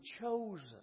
chosen